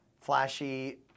flashy